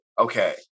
okay